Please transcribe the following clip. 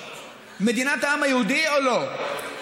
מדינת העם היהודי או לא?